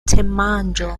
temanĝo